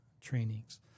trainings